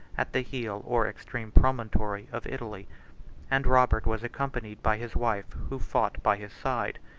at the heel, or extreme promontory, of italy and robert was accompanied by his wife, who fought by his side,